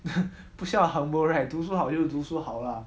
不需要 humble right 读书好就读书好 lah